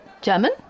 German